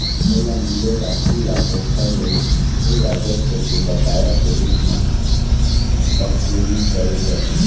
ओला मिले रासि ल ओखर ले भू राजस्व के बकाया के रुप म बसूली करे जाही